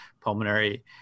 pulmonary